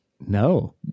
No